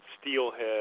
steelhead